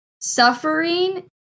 suffering